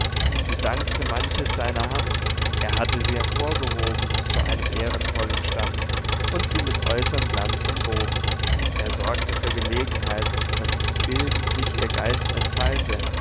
sie dankte manches seiner hand er hatte sie empor gehoben zu einem ehrenvollen stand und sie mit äußerm glanz umwoben er sorgte für gelegenheit daß bildend sich ihr geist entfalte